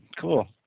Cool